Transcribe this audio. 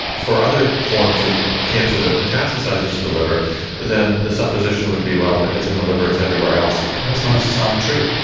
for other forms of cancer that metastasise to the liver then the supposition would be well but if it's in the liver it's everywhere else. and that's not necessarily true?